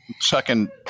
chucking